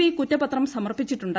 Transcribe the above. I കുറ്റപത്രം സമർപ്പിച്ചിട്ടുണ്ട്